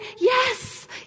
yes